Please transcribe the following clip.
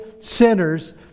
sinners